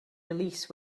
release